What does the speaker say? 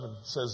says